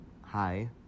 hi